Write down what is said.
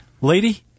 Lady